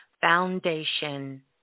foundation